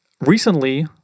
Recently